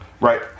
Right